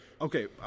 okay